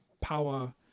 power